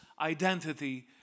identity